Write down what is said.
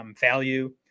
value